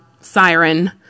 siren